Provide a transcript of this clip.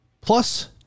plus